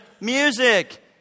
music